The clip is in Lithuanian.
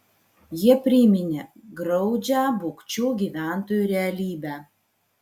jie priminė graudžią bukčių gyventojų realybę